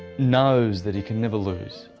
knows that he can never lose.